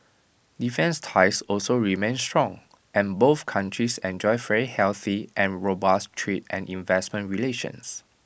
defence ties also remain strong and both countries enjoy very healthy and robust trade and investment relations